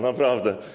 Naprawdę.